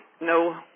no